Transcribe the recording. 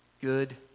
good